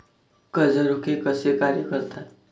कर्ज रोखे कसे कार्य करतात?